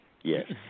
Yes